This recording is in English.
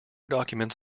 documents